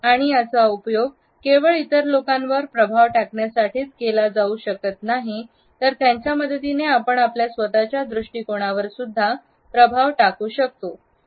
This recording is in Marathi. आणि याचा उपयोग केवळ इतर लोकांवर प्रभाव टाकण्यासाठीच केला जाऊ शकत नाही तर याच्या मदतीने आपण आपल्या स्वतःच्या दृष्टिकोनावर सुद्धा प्रभाव टाकू शकतो